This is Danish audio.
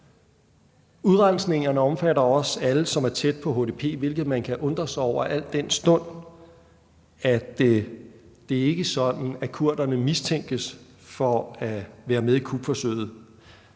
Udrensningerne omfatter også alle, som er tæt på HDP, hvilket man kan undre sig over, al den stund at det ikke er sådan, at kurderne mistænkes for at være med i kupforsøget.